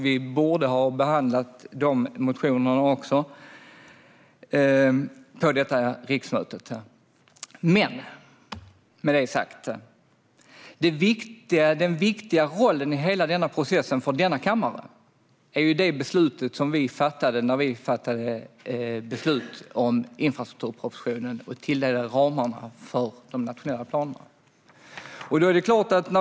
Vi borde ha behandlat de motionerna också under detta riksmöte. Den viktiga rollen för denna kammare i hela den här processen är dock det beslut som vi fattade om infrastrukturpropositionen och de tilldelade ramarna för de nationella planerna.